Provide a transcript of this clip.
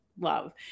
love